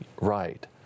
right